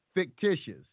Fictitious